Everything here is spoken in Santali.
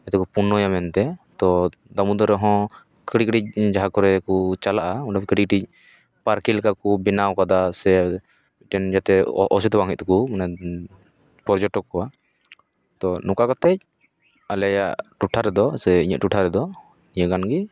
ᱡᱚᱛᱚ ᱠᱚ ᱯᱩᱨᱱᱚᱭᱟ ᱢᱮᱱ ᱛᱮ ᱛᱳ ᱫᱟᱹᱢᱩᱫᱚᱨ ᱨᱮᱦᱚᱸ ᱠᱟᱹᱴᱤᱡ ᱠᱟᱹᱴᱤᱡ ᱡᱟᱦᱟᱸ ᱠᱚᱨᱮ ᱠᱚ ᱪᱟᱞᱟᱜᱼᱟ ᱚᱸᱰᱮ ᱠᱟᱹᱴᱤᱡ ᱠᱟᱹᱴᱤᱡ ᱯᱟᱨᱠ ᱞᱮᱠᱟ ᱠᱚ ᱵᱮᱱᱟᱣ ᱟᱠᱟᱫᱟ ᱥᱮ ᱢᱤᱫᱴᱮᱱ ᱡᱟᱛᱮ ᱚᱥᱩᱵᱤᱫᱟ ᱵᱟᱝ ᱦᱩᱭᱩᱜ ᱛᱟᱠᱚ ᱢᱟᱱᱮ ᱯᱚᱨᱡᱚᱴᱚᱠ ᱠᱚᱣᱟᱜ ᱛᱳ ᱱᱚᱠᱟ ᱠᱟᱛᱮ ᱟᱞᱮᱭᱟᱜ ᱴᱚᱴᱷᱟ ᱨᱮᱫᱚ ᱥᱮ ᱤᱧᱟᱹᱜ ᱴᱚᱴᱷᱟ ᱨᱮᱫᱚ ᱱᱤᱭᱟᱹ ᱜᱟᱱ ᱜᱮ